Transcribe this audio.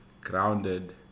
grounded